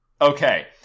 Okay